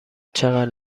چقدر